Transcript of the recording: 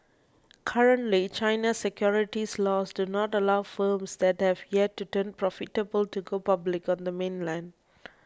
currently China's securities laws do not allow firms that have yet to turn profitable to go public on the mainland